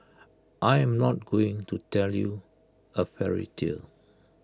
I am not going to tell you A fairy tale